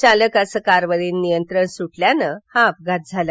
चालकाचे कारवरील नियंत्रण सुटल्याने हा अपघात झाला